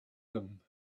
them